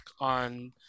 on